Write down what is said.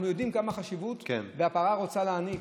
אנחנו יודעים מה החשיבות, והפרה רוצה להיניק.